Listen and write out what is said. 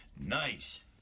nice